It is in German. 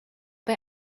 bei